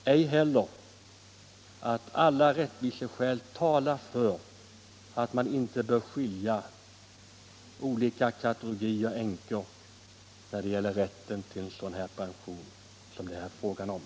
Ej heller att alla rättviseskäl talar för att man inte bör skilja mellan olika kategorier änkor när det gäller rätten till en sådan pension som det här är fråga om.